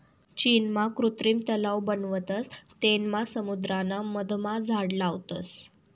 चीनमा कृत्रिम तलाव बनावतस तेनमा समुद्राना मधमा झाड लावतस